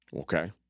Okay